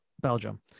Belgium